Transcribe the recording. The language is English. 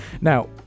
Now